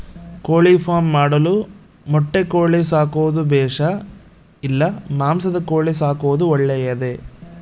ಕೋಳಿಫಾರ್ಮ್ ಮಾಡಲು ಮೊಟ್ಟೆ ಕೋಳಿ ಸಾಕೋದು ಬೇಷಾ ಇಲ್ಲ ಮಾಂಸದ ಕೋಳಿ ಸಾಕೋದು ಒಳ್ಳೆಯದೇ?